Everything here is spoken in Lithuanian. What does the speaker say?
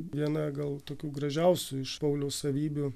viena gal tokių gražiausių iš pauliaus savybių